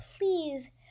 please